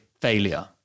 failure